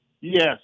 Yes